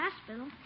hospital